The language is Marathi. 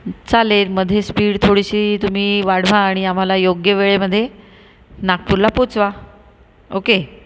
चालेल मध्ये स्पीड थोडीशी तुम्ही वाढवा आणि आम्हाला योग्य वेळेमध्ये नागपूरला पोहचवा ओके